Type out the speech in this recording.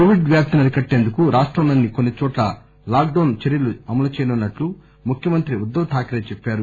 Covid వ్యాప్తిని అరికట్టేందుకు రాష్టంలోని కొన్ని చోట్ట లాక్ డౌస్ చర్యలు అమలు చేయనున్నట్లు ముఖ్యమంత్రి ఉద్దవ్ ఠాఖరే చెప్పారు